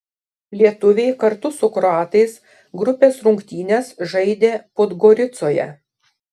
lietuviai kartu su kroatais grupės rungtynes žaidė podgoricoje